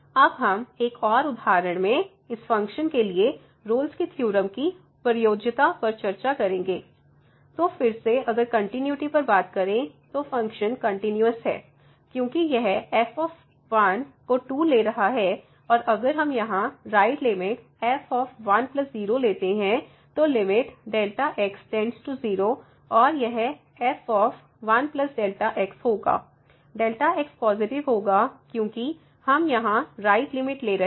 अब हम एक और उदाहरण में इस फंक्शन के लिए रोल्स की थ्योरम Rolle's Theorem की प्रयोज्यता पर चर्चा करेंगे fxx21 x∈01 3 x x∈12 तो फिर से अगर कंटिन्यूटी पर बात करें तो फ़ंक्शन कंटिन्यूस है क्योंकि यह f को 2 ले रहा है और अगर हम यहाँ राइट लिमिट f1 0 लेते हैं तो लिमिट Δ x → 0 और यह f1Δx होगा Δx पॉजिटिव होगा क्योंकि हम यहाँ राइट लिमिट ले रहे हैं